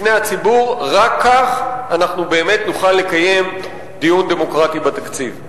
רק כך אנחנו באמת נוכל לקיים דיון דמוקרטי בתקציב.